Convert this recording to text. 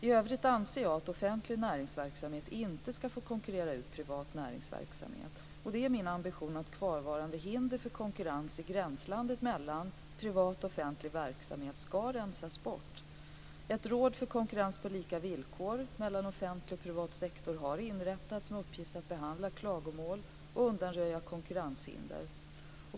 I övrigt anser jag att offentlig näringsverksamhet inte ska få konkurrera ut privat näringsverksamhet. Det är min ambition att kvarvarande hinder för konkurrens i gränslandet mellan privat och offentlig verksamhet ska rensas bort. Ett råd för konkurrens på lika villkor mellan offentlig och privat sektor har inrättats med uppgift att behandla klagomål och undanröja konkurrenshinder.